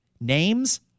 names